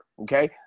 okay